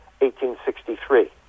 1863